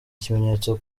ikimenyetso